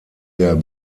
der